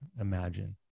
imagine